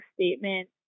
statement